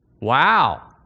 Wow